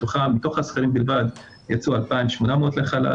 מתוך השכירים בלבד יצאו 2,800 לחל"ת,